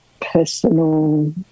personal